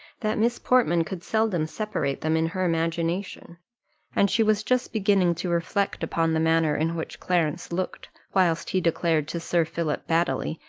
that miss portman could seldom separate them in her imagination and she was just beginning to reflect upon the manner in which clarence looked, whilst he declared to sir philip baddely,